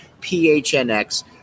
PHNX